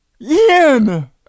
Ian